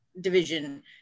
division